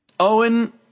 Owen